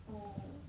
oh